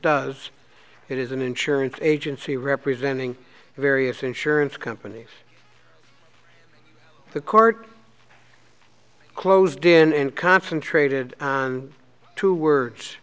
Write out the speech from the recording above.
does it is an insurance agency representing various insurance companies the court closed in and concentrated on two words